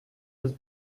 his